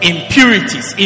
Impurities